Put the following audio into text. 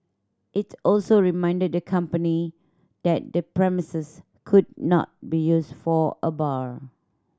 it also reminded the company that the premises could not be used for a bar